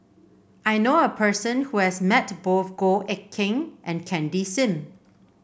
I know a person who has met both Goh Eck Kheng and Candy Sim